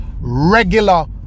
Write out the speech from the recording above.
regular